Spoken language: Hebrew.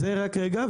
אז זה רק רגע,